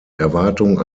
erwartung